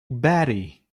batty